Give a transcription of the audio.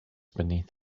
beneath